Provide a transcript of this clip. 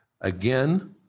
Again